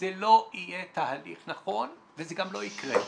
זה לא יהיה תהליך נכון וזה גם לא יקרה.